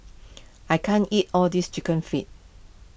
I can't eat all this Chicken Feet